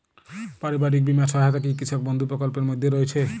পারিবারিক বীমা সহায়তা কি কৃষক বন্ধু প্রকল্পের মধ্যে রয়েছে?